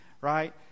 right